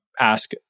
ask